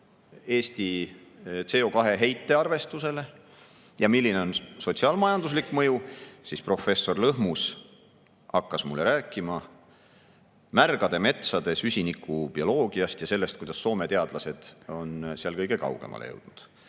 Eesti CO2-heite arvestusele ja milline on sotsiaal-majanduslik mõju, siis professor Lõhmus hakkas mulle rääkima märgade metsade süsinikubioloogiast ja sellest, kuidas Soome teadlased on selles kõige kaugemale jõudnud.